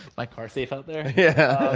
like car safe out there? yeah.